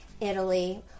Italy